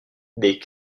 des